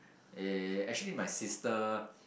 eh actually my sister